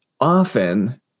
often